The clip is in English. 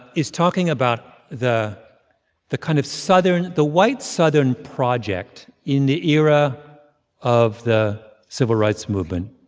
is talking about the the kind of southern the white southern project in the era of the civil rights movement.